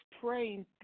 praying